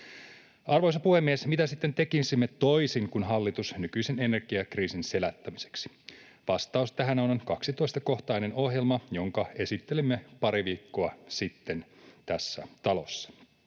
Arvoisa puhemies! Mitä sitten tekisimme toisin kuin hallitus nykyisen energiakriisin selättämiseksi? Vastaus tähän on 12-kohtainen ohjelma, jonka esittelimme pari viikkoa sitten tässä talossa.